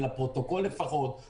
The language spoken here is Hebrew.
ט"ו בחשוון התשפ"א,